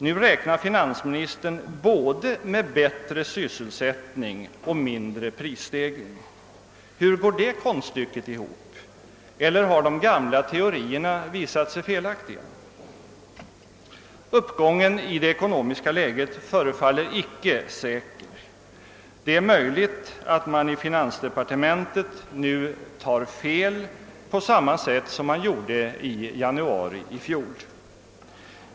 Nu räknar finansministern både med bättre sysselsättning och mindre prisstegring. Hur går det konststycket ihop? Eller har de de gamla teorierna visat sig vara felaktiga? Uppgången i det ekonomiska läget förefaller icke säker. Det är möjligt att man i finansdepartementet nu tar fel på samma sätt som man gjorde i januari i fjol.